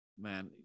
man